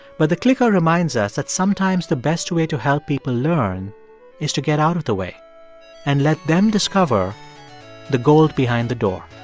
but the clicker reminds us that sometimes the best way to help people learn is to get out of the way and let them discover the gold behind the door